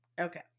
Okay